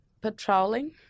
patrolling